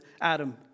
Adam